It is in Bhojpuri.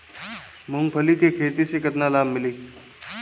मूँगफली के खेती से केतना लाभ मिली?